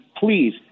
please